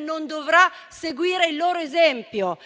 non dovrà seguire il loro esempio.